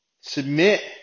submit